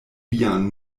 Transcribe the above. vian